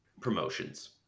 Promotions